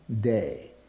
day